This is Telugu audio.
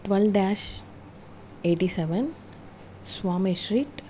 twelve dash eighty seven Swami street